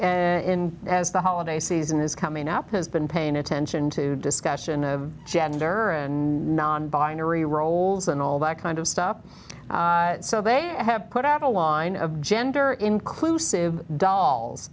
in as the holiday season is coming up has been paying attention to discussion of gender and non binary roles and all that kind of stop so they have put out a line of gender inclusive